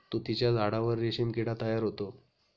तुतीच्या झाडावर रेशीम किडा तयार होतो